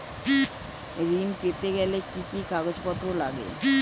ঋণ পেতে গেলে কি কি কাগজপত্র লাগে?